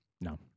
No